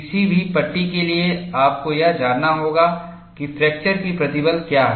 किसी भी पट्टी के लिए आपको यह जानना होगा कि फ्रैक्चर की प्रतिबल क्या है